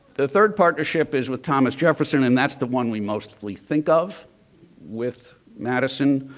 the third partnership is with thomas jefferson and that's the one we mostly think of with madison.